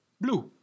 blue